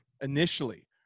initially